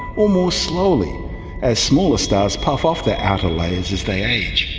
or more slowly as smaller stars puff off their outer layers as they age.